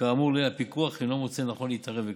כאמור לעיל, הפיקוח אינו מוצא לנכון להתערב בכך.